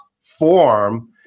form